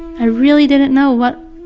i really didn't know, what,